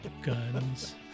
guns